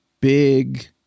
big